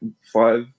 five